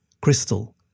Crystal